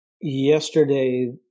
yesterday